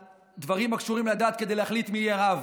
דברים הקשורים לדת כדי להחליט מי יהיה רב.